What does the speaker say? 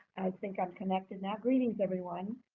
think i'm connected now. greetings, everyone,